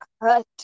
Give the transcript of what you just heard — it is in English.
hurt